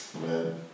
Man